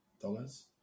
dollars